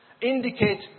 indicate